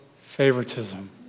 favoritism